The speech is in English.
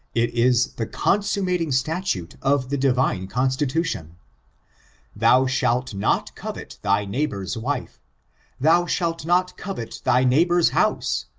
it is the consummating statute of the divine constitution thou shalt not covet thy neighbor's wife thou shalt not covet thy neighbor's house,